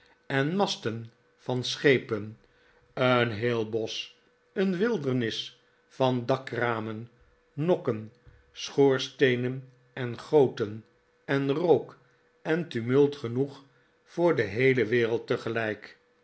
en masten van schepen een heel bosch een wildernis van dakramen nokken schoorsteenen en goten en rook en tumult genoeg voor de heele wereld